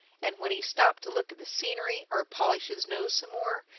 and when he stopped to look at the scenery or polish his nose some more,